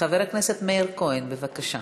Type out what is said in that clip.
חבר הכנסת מאיר כהן, בבקשה.